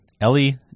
Ellie